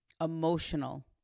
emotional